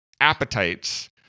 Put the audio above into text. appetites